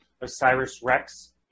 Osiris-Rex